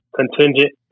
contingent